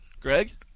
Greg